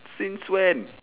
since when